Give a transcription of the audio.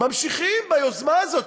ממשיכים ביוזמה הזאת.